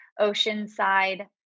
oceanside